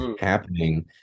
happening